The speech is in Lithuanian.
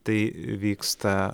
tai vyksta